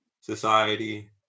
society